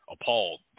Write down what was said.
appalled